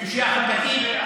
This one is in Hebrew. בקושיה חוקתית.